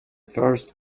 first